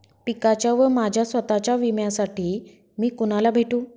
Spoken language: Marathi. पिकाच्या व माझ्या स्वत:च्या विम्यासाठी मी कुणाला भेटू?